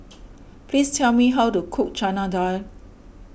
please tell me how to cook Chana Dal